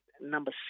number